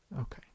Okay